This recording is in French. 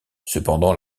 cependant